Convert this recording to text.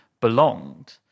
belonged